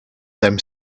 them